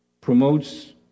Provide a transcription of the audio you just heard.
promotes